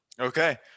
Okay